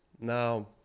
Now